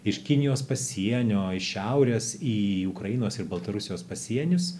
iš kinijos pasienio iš šiaurės į ukrainos ir baltarusijos pasienius